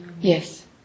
yes